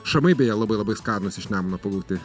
šamai beje labai labai skanūs iš nemuno pagauti